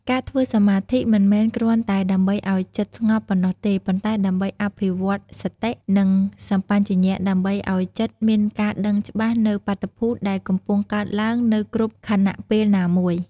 ការធ្វើសមាធិមិនមែនគ្រាន់តែដើម្បីឱ្យចិត្តស្ងប់ប៉ុណ្ណោះទេ ប៉ុន្តែដើម្បីអភិវឌ្ឍសតិ និងសម្បជញ្ញៈដើម្បីឱ្យចិត្តមានការដឹងច្បាស់នូវបាតុភូតដែលកំពុងកើតឡើងនៅគ្រប់ខណៈពេលណាមួយ។